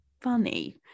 funny